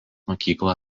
mokyklą